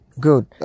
Good